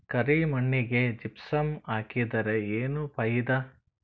ಕರಿ ಮಣ್ಣಿಗೆ ಜಿಪ್ಸಮ್ ಹಾಕಿದರೆ ಏನ್ ಫಾಯಿದಾ?